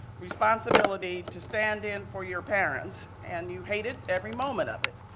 responsibility, to stand in for your parents. and you hated every moment of it.